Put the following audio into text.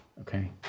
Okay